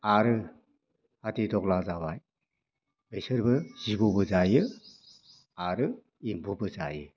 आरो हादिदग्ला जाबाय बिसोरबो जिबौबो जायो आरो एम्फौबो जायो